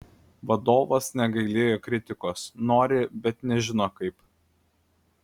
vadovas negailėjo kritikos nori bet nežino kaip